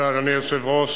כבוד היושב-ראש,